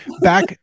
Back